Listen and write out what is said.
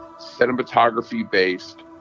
cinematography-based